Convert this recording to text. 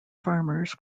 farmers